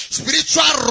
spiritual